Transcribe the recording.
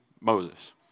Moses